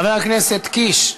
חבר הכנסת קיש,